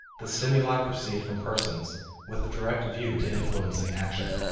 the stimuli proceed from persons with a direct view to influencing action.